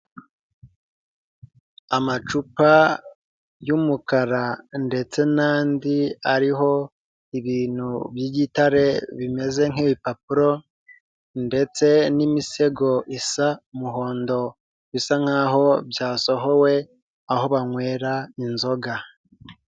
Amacupa y'umukara ndetse n'andi ariho ibintu by'igitare bimeze nk'ibipapuro, ndetse n'imisego isa umuhondo bisa nkaho byasohowe aho banywera inzoga.